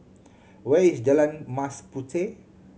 where is Jalan Mas Puteh